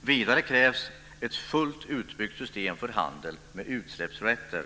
Vidare krävs ett fullt utbyggt system för handel med utsläppsrätter.